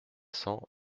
cents